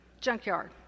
junkyard